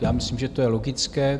Já myslím, že to je logické.